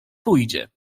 pójdzie